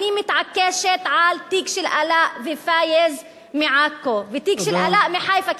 אני מתעקשת על התיק של עלאא ופאיז מעכו והתיק של עלאא מחיפה,